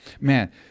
Man